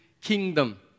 kingdom